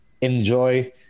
enjoy